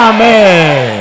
Amen